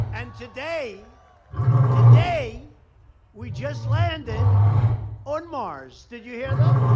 and today today we just landed on mars. did you hear that?